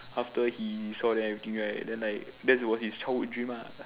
after he saw them everything right then like that was his childhood dream lah